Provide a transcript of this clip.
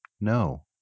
no